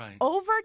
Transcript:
over